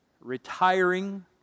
retiring